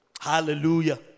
Hallelujah